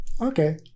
Okay